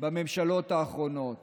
בממשלות האחרונות